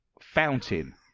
Fountain